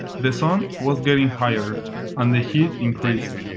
the sun was getting higher and the heat increased.